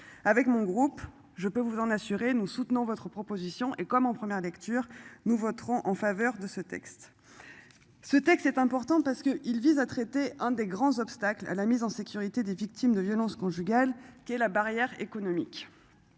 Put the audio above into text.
avec mon groupe, je peux vous en assurer, nous soutenons votre proposition et comme en première lecture nous voterons en faveur de ce texte. Ce texte est important parce que il vise à traiter un des grands obstacles à la mise en sécurité des victimes de violences conjugales, qui est la barrière économique.